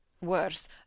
Worse